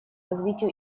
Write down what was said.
развитию